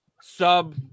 Sub